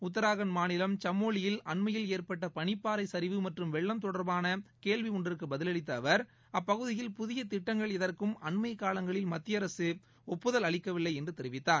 உத்தராகண்ட் மாநிலம் சமோலியில் அண்மையில் ஏற்பட்ட பனிப்பாறை சரிவு மற்றும் வெள்ளம் தொடர்பான கேள்வி ஒன்றிற்கு பதிலளித்த அவர் அப்பகுதியில் புதிய திட்டங்கள் எதற்கும் அண்மைக் காலங்களில் மத்திய அரசு ஒப்புதல் அளிக்கவில்லை என்று தெரிவித்தார்